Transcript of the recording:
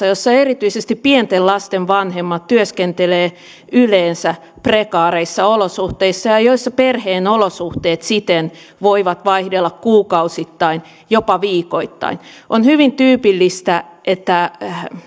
jossa erityisesti pienten lasten vanhemmat työskentelevät yleensä prekaareissa olosuhteissa ja jossa perheen olosuhteet siten voivat vaihdella kuukausittain jopa viikoittain on hyvin tyypillistä että